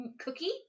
cookie